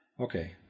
Okay